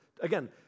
again